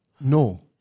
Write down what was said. No